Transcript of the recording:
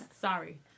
Sorry